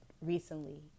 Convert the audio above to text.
recently